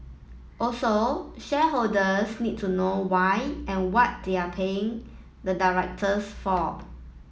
also shareholders need to know why and what they are paying the directors for